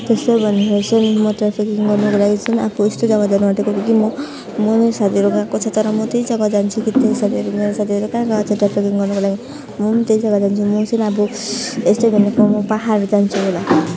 त्यस्तो भनेर चाहिँ म ट्राफिकिङ गर्नुको लागि चाहिँ आफू यस्तो जग्गा जानु आँटेको कि कि म मेरो साथीहरू गएको छ तर म त्यहीँ जग्गा जान्छु कि त्यही साथीहरू मेरो साथीहरू कहाँ गएको छ ट्राफिकिङ गर्नुको लागि म पनि त्यही जग्गा जान्छु म चाहिँ अब यस्तो भनेको म पहाडहरू जान्छु होला